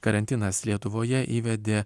karantinas lietuvoje įvedė